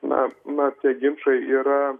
na na tie ginčai yra